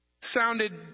Sounded